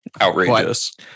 Outrageous